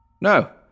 No